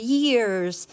years